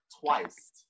twice